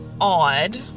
odd